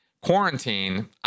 quarantine